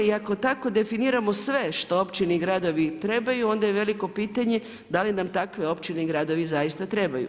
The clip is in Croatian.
I ako tako definiramo sve što općine i gradovi trebaju, onda je veliko pitanje, da li nam takvi općine i gradovi zaista trebaju.